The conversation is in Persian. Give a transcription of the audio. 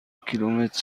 کیلومتر